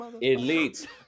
Elite